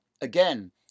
Again